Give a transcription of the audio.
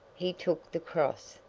he took the cross,